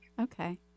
Okay